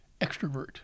extrovert